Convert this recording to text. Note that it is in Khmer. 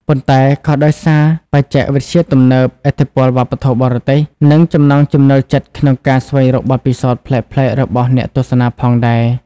ប៉ុន្តែក៏ដោយសារបច្ចេកវិទ្យាទំនើប ឥទ្ធិពលវប្បធម៌បរទេស និងចំណង់ចំណូលចិត្តក្នុងការស្វែងរកបទពិសោធន៍ប្លែកៗរបស់អ្នកទស្សនាផងដែរ។